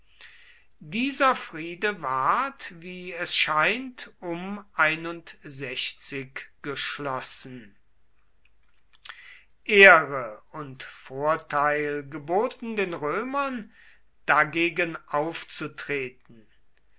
dieser friede ward wie es scheint um geschlossen ehre und vorteil geboten den römern dagegen aufzutreten